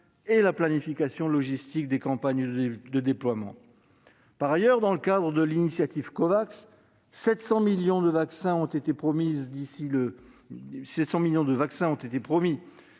et la planification logistique des campagnes de déploiement. Par ailleurs, dans le cadre de l'initiative Covax, 700 millions de vaccins ont été promis d'ici au milieu de l'année prochaine